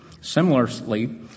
Similarly